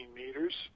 meters